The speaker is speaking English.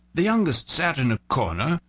the youngest sat in a corner,